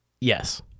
Yes